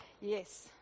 Yes